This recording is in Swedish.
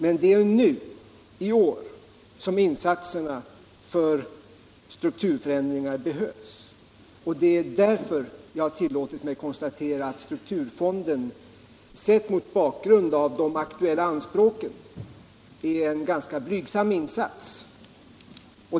Men det är i år som insatserna för strukturförändringar behövs, och det är därför jag har tillåtit mig konstatera att strukturfonden, sedd mot bakgrunden av de aktuella anspråken, är en ganska blygsam insats.